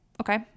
okay